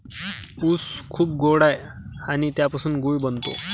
ऊस खूप गोड आहे आणि त्यापासून गूळ बनतो